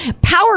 power